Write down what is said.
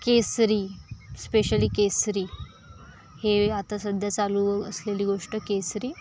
केसरी specially Kesari हे आता सध्या चालू असलेली गोष्ट केसरी